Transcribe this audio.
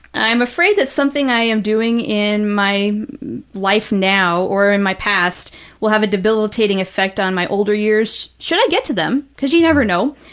i'm afraid that something i am doing in my life now or my past will have a debilitating effect on my older years, should i get to them, because you never know.